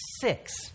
six